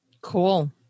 Cool